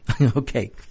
Okay